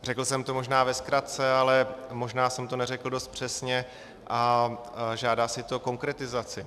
Řekl jsem to možná ve zkratce, ale možná jsem to neřekl dost přesně a žádá si to konkretizaci.